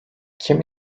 kim